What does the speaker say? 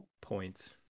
points